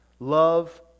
Love